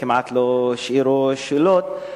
כמעט לא השאירו שאלות,